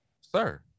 Sir